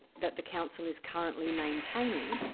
that the council is currently maintaining,